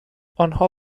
انها